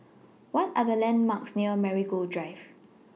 What Are The landmarks near Marigold Drive